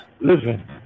Listen